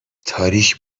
تاریک